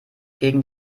gegen